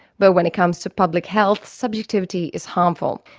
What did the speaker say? but when it comes to public health, subjectivity is harmful,